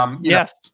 Yes